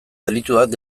delituak